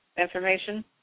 information